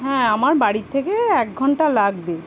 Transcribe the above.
হ্যাঁ আমার বাড়ির থেকে এক ঘণ্টা লাগবে